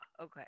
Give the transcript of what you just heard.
okay